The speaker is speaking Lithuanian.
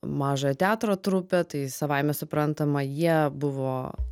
mažojo teatro trupė tai savaime suprantama jie buvo